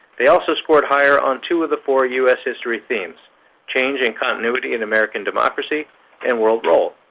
they also scored higher on two of the four u s. history themes change in continuity in american democracy and world role.